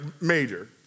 major